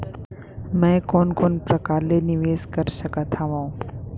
मैं कोन कोन प्रकार ले निवेश कर सकत हओं?